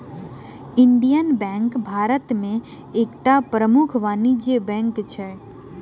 Indian Bank भारत में एकटा प्रमुख वाणिज्य बैंक अछि